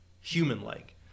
human-like